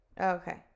Okay